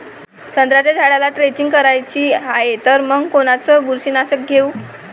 संत्र्याच्या झाडाला द्रेंचींग करायची हाये तर मग कोनच बुरशीनाशक घेऊ?